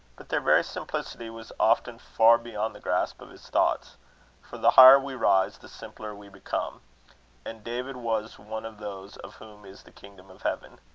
but their very simplicity was often far beyond the grasp of his thoughts for the higher we rise, the simpler we become and david was one of those of whom is the kingdom of heaven.